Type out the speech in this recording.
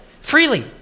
freely